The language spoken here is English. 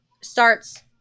starts